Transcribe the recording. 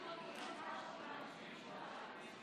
אם כן, להלן תוצאות ההצבעה על הסתייגות